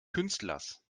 künstlers